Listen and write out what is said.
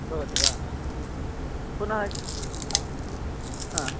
भवति वा पुनः हा